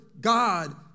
God